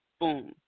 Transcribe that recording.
boom